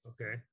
okay